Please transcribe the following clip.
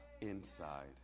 inside